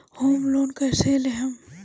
Home loan कैसे लेहम?